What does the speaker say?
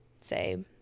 say